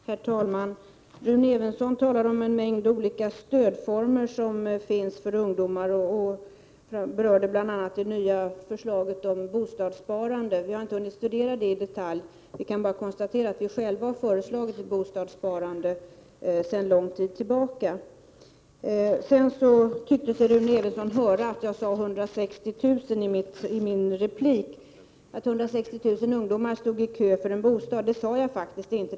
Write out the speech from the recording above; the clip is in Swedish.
Herr talman! Rune Evensson talade om den mängd olika stödformer som finns för ungdomar. Han berörde bl.a. det nya förslaget om bostadssparande. Vi har inte hunnit studera detta förslag i detalj. Vi kan bara konstatera att vi sedan lång tid tillbaka själva har ett förslag om ett bostadssparande. Rune Evensson tyckte sig höra mig säga i min replik att 160 000 ungdomar står i kö för en bostad. Det sade jag faktiskt inte.